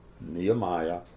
Nehemiah